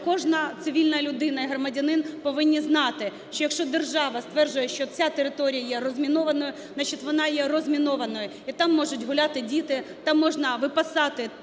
кожна цивільна людина і громадянин повинні знати, що якщо держава стверджує, що ця територія є розмінованою, значить вона є розмінованою, і там можуть гуляти діти, там можна випасати